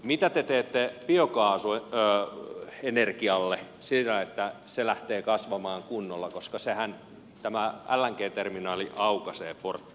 mitä te teette biokaasuenergialle sille että se lähtee kasvamaan kunnolla koska tämä lng terminaalihan aukaisee portteja